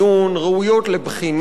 ראויות לבחינה,